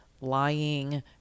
lying